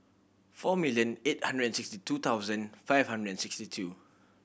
four million eight hundred and sixty two thousand five hundred and sixty two